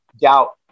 doubt